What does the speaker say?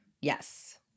Yes